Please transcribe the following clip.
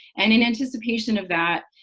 and in anticipation of that,